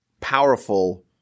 powerful